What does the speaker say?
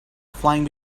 flying